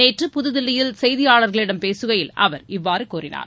நேற்று புதுதில்லியில் செய்தியாளர்களிடம் பேசுகையில் அவர் இவ்வாறு கூறினார்